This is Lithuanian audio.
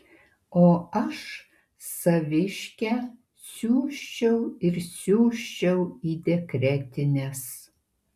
o aš saviškę siųsčiau ir siųsčiau į dekretines